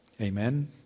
Amen